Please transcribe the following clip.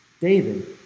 David